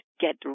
get